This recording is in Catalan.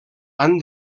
han